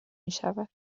میشود